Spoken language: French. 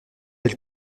elle